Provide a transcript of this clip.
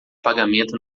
pagamento